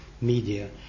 media